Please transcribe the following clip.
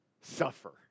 suffer